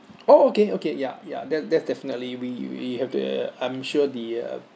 oh okay okay ya ya that that's definitely we we have to I'm sure the uh